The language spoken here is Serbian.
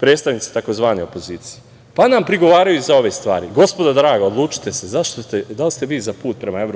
predstavnici tzv. opozicije, pa nam prigovaraju za ove stvari. Gospodo draga, odlučite se, da li ste za put prema EU,